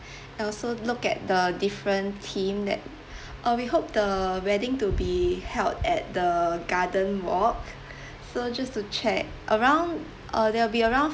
and also look at the different theme that uh we hope the wedding to be held at the garden walk so just to check around uh there'll be around